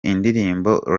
indirimbo